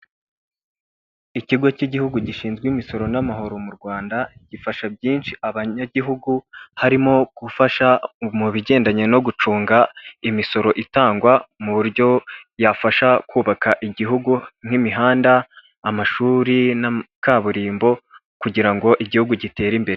Ikigo cy'igihugu gishinzwe imisoro n'amahoro mu Rwanda gifasha byinshi abanyagihugu harimo gufasha mu bigendanye no gucunga imisoro itangwa mu buryo yafasha kubaka igihugu, nk'imihanda amashuri na kaburimbo kugira ngo igihugu gitere imbere.